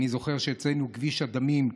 אני זוכר אצלנו את כביש הדמים,